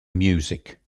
music